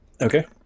Okay